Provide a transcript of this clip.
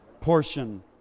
portion